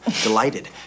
delighted